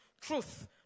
truth